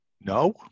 No